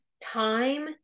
time